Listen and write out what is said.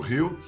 Rio